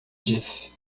disse